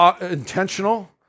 Intentional